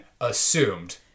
assumed